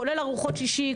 כולל ארוחות שישי,